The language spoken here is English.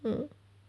mm